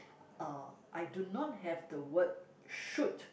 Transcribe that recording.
uh I do not have the word shoot